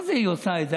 מה זה היא עושה את זה?